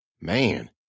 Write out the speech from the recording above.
Man